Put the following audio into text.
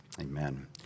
amen